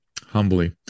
humbly